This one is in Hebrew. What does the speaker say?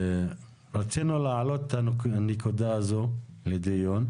רצינו להעלות את הנקודה הזו לדיון.